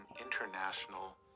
international